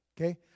Okay